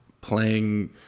playing